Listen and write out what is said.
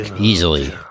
easily